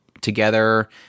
together